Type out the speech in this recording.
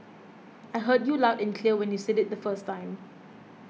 I heard you loud and clear when you said it the first time